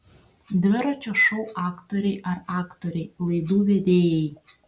dviračio šou aktoriai ar aktoriai laidų vedėjai